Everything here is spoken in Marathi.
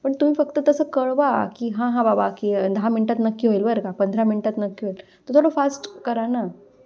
पण तुम्ही फक्त तसं कळवा की हां हां बाबा की दहा मिनटात नक्की होईल बरं का पंधरा मिनटात नक्की होईल तर थोडं फास्ट करा ना